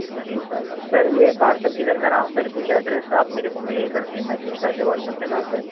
جی sir sir یہ parcel کدھر کراؤں سر کچھ ایڈریس آپ میرے کو میل کردیں میسیج کر کے واٹس اپ پہ ڈال دیں